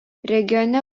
regione